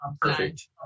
Perfect